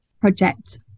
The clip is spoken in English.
project